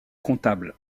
comptable